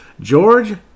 George